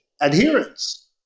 adherence